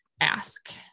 ask